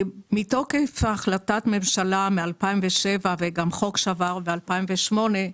מתוקף החלטת ממשלה משנת 2007 וגם חוק שעבר ב-2008,